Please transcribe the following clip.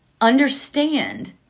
understand